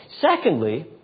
Secondly